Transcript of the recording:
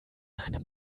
einem